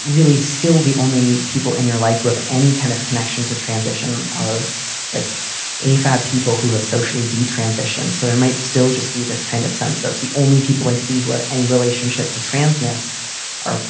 really still the only people in your life who have any kind of connection to transition are like a fad. people who have socially d transition. so there might still just be this kind of sense of the only people i see who have any relationship to transmits are.